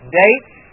dates